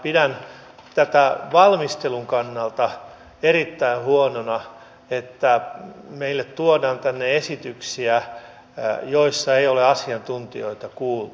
pidän tätä valmistelun kannalta erittäin huonona että meille tuodaan tänne esityksiä joissa ei ole asiantuntijoita kuultu